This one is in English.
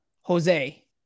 Jose